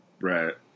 right